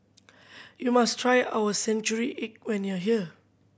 you must try our century egg when you are here